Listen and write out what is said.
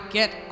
get